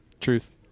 truth